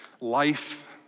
life